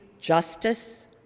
justice